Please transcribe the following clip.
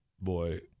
boy